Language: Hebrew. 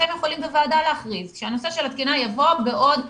אתם יכולים בוועדה להכריז שהנושא של התקינה יבוא בעוד שנה,